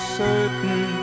certain